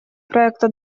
проекта